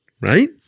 right